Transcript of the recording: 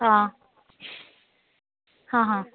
आ हा हा